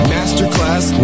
Masterclass